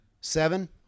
seven